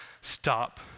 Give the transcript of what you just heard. stop